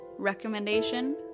Recommendation